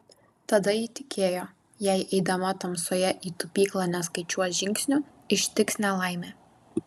tada ji tikėjo jei eidama tamsoje į tupyklą neskaičiuos žingsnių ištiks nelaimė